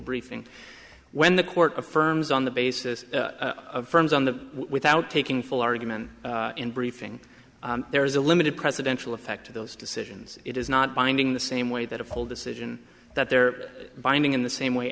briefing when the court affirms on the basis of firms on the without taking full argument and briefing there is a limited presidential effect to those decisions it is not binding the same way that a full decision that they're binding in the same way